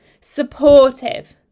supportive